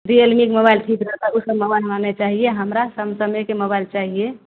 real मी के mobile ठीक रहतय उ सभ मोबाइल हमरा नहि चाहिये हमरा सेमसनेके मोबाइल चाहियै